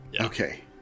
Okay